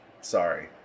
sorry